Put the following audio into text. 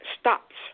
stops